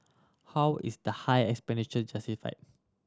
how is the high expenditure justified